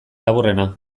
laburrena